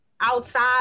outside